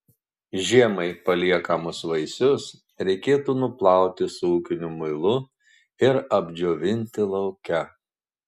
žiemai paliekamus vaisius reikėtų nuplauti su ūkiniu muilu ir apdžiovinti lauke